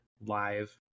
live